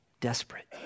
desperate